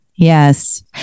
Yes